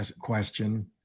question